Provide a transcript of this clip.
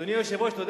משעמם לך, אה?